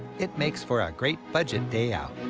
it makes for a great budget day out.